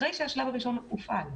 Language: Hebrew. אחרי שהשלב הראשון הופעל,